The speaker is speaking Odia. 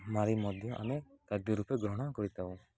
ମାରି ମଧ୍ୟ ଆମେ ଖାଦ୍ୟ ରୂପେ ଗ୍ରହଣ କରିଥାଉ